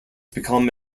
become